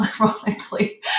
ironically